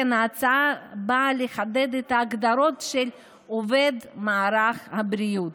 ההצעה באה לחדד את ההגדרות של עובד מערך הבריאות